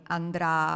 andrà